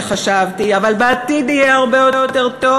שחשבתי אבל בעתיד יהיה הרבה יותר טוב.